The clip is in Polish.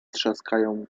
trzaskają